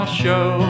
show